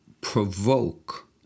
provoke